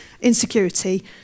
insecurity